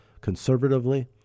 conservatively